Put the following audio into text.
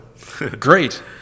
Great